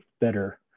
better